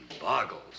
boggles